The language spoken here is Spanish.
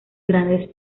grandes